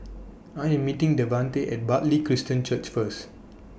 I Am meeting Devante At Bartley Christian Church First